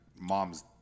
mom's